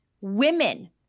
women